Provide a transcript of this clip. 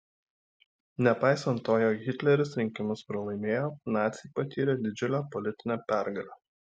nepaisant to jog hitleris rinkimus pralaimėjo naciai patyrė didžiulę politinę pergalę